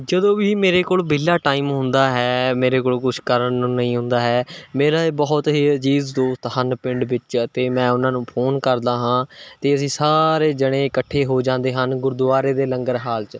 ਜਦੋਂ ਵੀ ਮੇਰੇ ਕੋਲ ਵਿਹਲਾ ਟਾਈਮ ਹੁੰਦਾ ਹੈ ਮੇਰੇ ਕੋਲ ਕੁਛ ਕਰਨ ਨੂੰ ਨਹੀਂ ਹੁੰਦਾ ਹੈ ਮੇਰਾ ਇਹ ਬਹੁਤ ਹੀ ਅਜ਼ੀਜ਼ ਦੋਸਤ ਹਨ ਪਿੰਡ ਵਿੱਚ ਅਤੇ ਮੈਂ ਉਹਨਾਂ ਨੂੰ ਫੋਨ ਕਰਦਾ ਹਾਂ ਅਤੇ ਅਸੀਂ ਸਾਰੇ ਜਣੇ ਇਕੱਠੇ ਹੋ ਜਾਂਦੇ ਹਨ ਗੁਰਦੁਆਰੇ ਦੇ ਲੰਗਰ ਹਾਲ 'ਚ